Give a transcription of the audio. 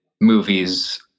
movies